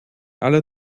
alle